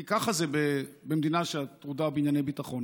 כי ככה זה במדינה שטרודה בענייני ביטחון.